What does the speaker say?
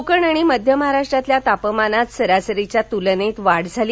कोकण आणि मध्य महाराष्ट्रातील तापमानात सरासरीच्या तुलनेत वाढ झाली